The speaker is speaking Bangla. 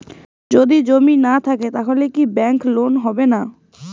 যদি জমি না থাকে তাহলে কি ব্যাংক লোন হবে না?